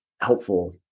helpful